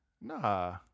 Nah